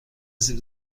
سیب